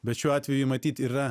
bet šiuo atveju matyt yra